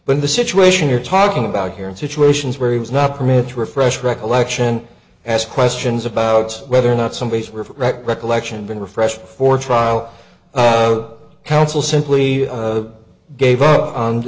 but in the situation you're talking about here in situations where it was not permitted to refresh recollection and ask questions about whether or not somebody recollection been refresh before trial counsel simply gave up on